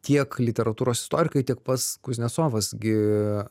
tiek literatūros istorikai tiek pats kuznecovas gi